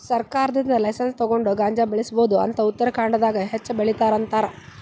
ಸರ್ಕಾರದಿಂದ ಲೈಸನ್ಸ್ ತುಗೊಂಡ ಗಾಂಜಾ ಬೆಳಿಬಹುದ ಅಂತ ಉತ್ತರಖಾಂಡದಾಗ ಹೆಚ್ಚ ಬೆಲಿತಾರ ಅಂತಾರ